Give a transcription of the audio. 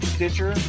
Stitcher